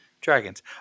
dragons